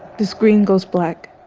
the screen goes black.